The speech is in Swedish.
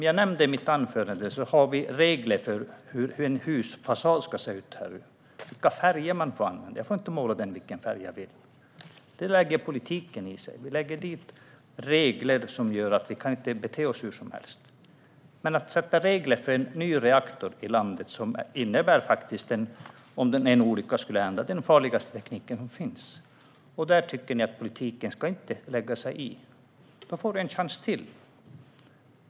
Jag nämnde i mitt anförande att det finns regler för hur en husfasad ska se ut och vilka färger som får användas. Jag får inte måla fasaden i vilken färg jag vill. Där lägger sig politiken i. Det finns regler som styr att vi inte kan bete oss hur som helst. Men i fråga om regler för en ny reaktor, som vid en olycka utgör den farligaste teknik som finns, tycker ni att politiken inte ska lägga sig i. Sofia Fölster får en chans till.